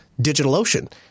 DigitalOcean